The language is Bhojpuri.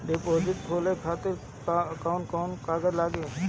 डिपोजिट खोले खातिर कौन कौन कागज लागी?